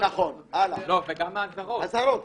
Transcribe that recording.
וגם האזהרות.